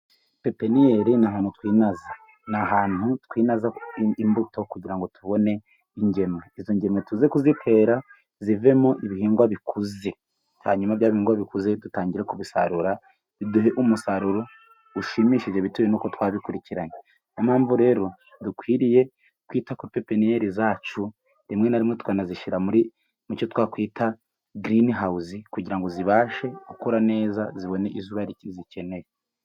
Pepiniyeri ni ahantu twinaza. Ni ahantu twinaza imbuto kugira ngo tubone ingemwe. Izo ngemwe tuze kuzitera zivemo ibihingwa bikuze. Hanyuma bya bihingwa bikuze dutangire kubisarura, biduhe umusaruro ushimishije, bitewe n'uko twabikurikiranye. Ni yo mpamvu rero dukwiriye kwita kuri pepiniyeri zacu, rimwe na rimwe tukananazishyira mu cyo twakwita girini hawuze, kugira ngo zibashe gukura neza, zibashe kubona izuba zikeneye.